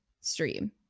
stream